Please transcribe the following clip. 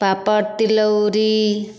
पापड़ तिलौड़ी